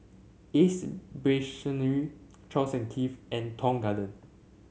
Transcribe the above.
Ace Brainery Charles and Keith and Tong Garden